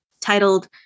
titled